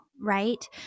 right